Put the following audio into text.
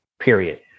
period